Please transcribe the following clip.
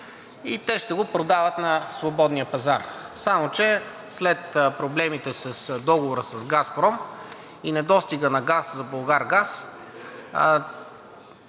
и те ще го продават на свободния пазар. Само че след проблемите с договора с Газпром и недостига на газ за Булгаргаз